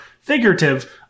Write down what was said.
figurative